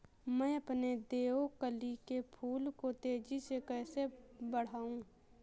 मैं अपने देवकली के फूल को तेजी से कैसे बढाऊं?